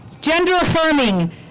gender-affirming